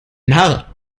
narr